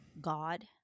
god